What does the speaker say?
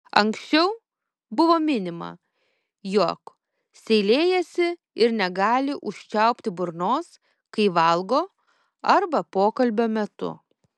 anksčiau buvo minima jog seilėjasi ir negali užčiaupti burnos kai valgo arba pokalbio metu